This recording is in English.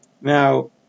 Now